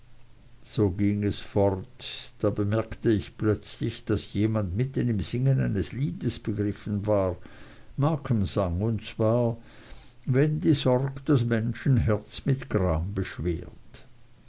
so ging es fort da bemerkte ich plötzlich daß jemand mitten im singen eines liedes begriffen war markham sang und zwar wenn die sorg das menschenherz mit gram beschwert